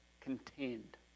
contend